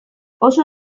oso